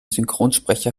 synchronsprecher